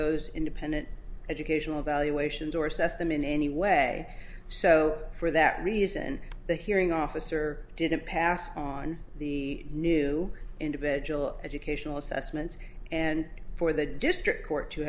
those independent educational valuations or assess them in any way so for that reason the hearing officer didn't pass on the new individual educational assessments and for the district court to